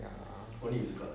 ya